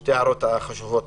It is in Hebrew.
שתי ההערות החשובות.